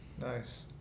Nice